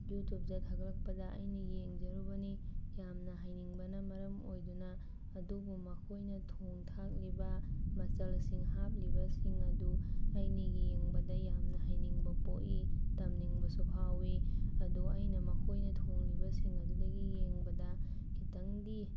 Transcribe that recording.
ꯌꯨꯇ꯭ꯌꯨꯞꯇ ꯊꯥꯒꯠꯂꯛꯄꯗ ꯑꯩꯅ ꯌꯦꯡꯖꯔꯨꯕꯅꯤ ꯌꯥꯝꯅ ꯍꯩꯅꯤꯡꯕꯅ ꯃꯔꯝ ꯑꯣꯏꯗꯨꯅ ꯑꯗꯨꯕꯨ ꯃꯈꯣꯏꯅ ꯊꯣꯡ ꯊꯥꯛꯂꯤꯕ ꯃꯆꯜꯁꯤꯡ ꯍꯥꯞꯂꯤꯕꯁꯤꯡ ꯑꯗꯨ ꯑꯩꯅ ꯌꯦꯡꯕꯗ ꯌꯥꯝꯅ ꯍꯩꯅꯤꯡꯕ ꯄꯣꯛꯏ ꯇꯝꯅꯤꯡꯕꯁꯨ ꯐꯥꯎꯋꯤ ꯑꯗꯣ ꯑꯩꯅ ꯃꯈꯣꯏꯅ ꯊꯣꯡꯂꯤꯕꯁꯤꯡ ꯑꯗꯨꯗꯒꯤ ꯌꯦꯡꯕꯗ ꯈꯤꯇꯪꯗꯤ